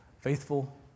faithful